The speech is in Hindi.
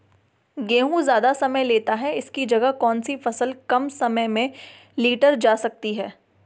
गेहूँ ज़्यादा समय लेता है इसकी जगह कौन सी फसल कम समय में लीटर जा सकती है?